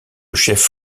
chef